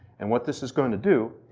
and what this is going to do,